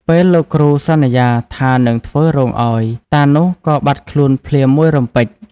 ពេលលោកគ្រូសន្យាថានឹងធ្វើរោងឲ្យ តានោះក៏បាត់ខ្លួនភ្លាមមួយរំពេច ។